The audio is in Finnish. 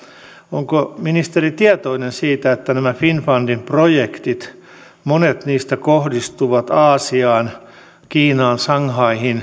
onko ministeri tietoinen siitä että nämä finnfundin projektit monet niistä kohdistuvat aasiaan kiinaan shanghaihin